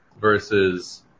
versus